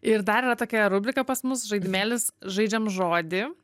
ir dar yra tokia rubrika pas mus žaidimėlis žaidžiam žodį